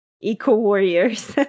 eco-warriors